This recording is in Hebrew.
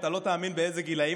אתה לא תאמין באיזה גילים.